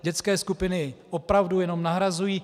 Dětské skupiny opravdu jenom nahrazují.